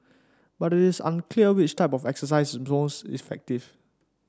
but it is unclear which type of exercise is most effective